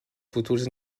futures